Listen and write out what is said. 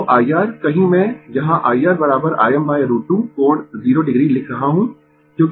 तो IR कहीं मैं यहाँ IRIm√ 2 कोण 0 o लिख रहा हूँ